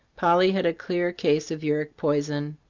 polly had a clear case of uric poison,